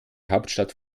hauptstadt